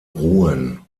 ruhen